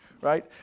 right